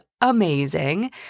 amazing